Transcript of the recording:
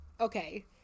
Okay